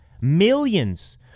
millions